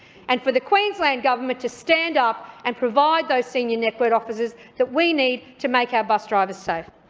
and for the queensland government to stand up and provide those senior network officers that we need to make our bus drivers safe.